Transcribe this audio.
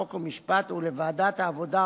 חוק ומשפט ולוועדת העבודה,